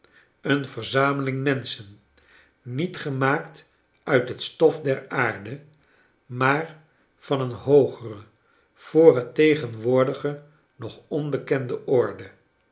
een verzameling menschen niet gemaakt uit het stof der aarde maar van een hoogere voor het tegenwoordige nog onbekende orde